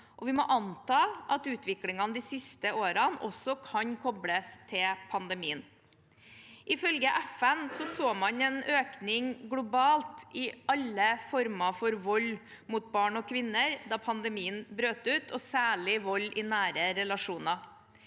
Vi må anta at utviklingen de siste årene også kan kobles til pandemien. Ifølge FN så man en økning globalt i alle former for vold mot barn og kvinner da pandemien brøt ut, og særlig vold i nære relasjoner.